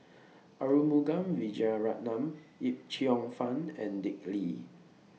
Arumugam Vijiaratnam Yip Cheong Fun and Dick Lee